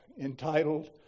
entitled